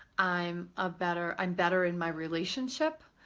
i'm a better. i'm better in my relationship.